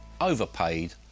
overpaid